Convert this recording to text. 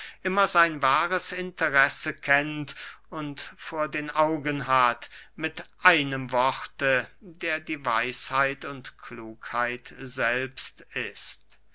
immer sein wahres interesse kennt und vor den augen hat mit einem worte der die weisheit und klugheit selbst ist